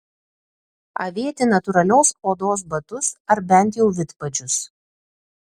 avėti natūralios odos batus ar bent jau vidpadžius